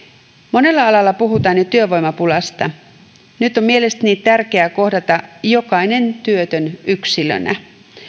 monella alalla puhutaan jo työvoimapulasta nyt on mielestäni tärkeää kohdata jokainen työtön yksilönä